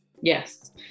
Yes